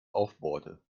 aufbohrte